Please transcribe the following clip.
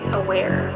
aware